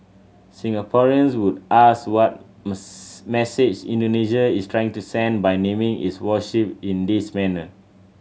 Singaporeans would ask what message Indonesia is trying to send by naming its warship in this manner